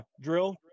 drill